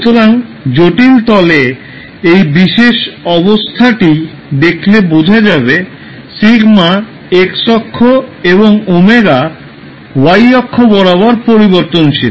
সুতরাং জটিল তলে এই বিশেষ অবস্থাটি দেখলে বোঝা যাবে σ x অক্ষ এবং ω y অক্ষ বরাবর পরিবর্তনশীল